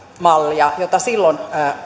mallia jota silloin